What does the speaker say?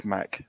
Mac